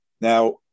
Now